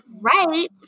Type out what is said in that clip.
right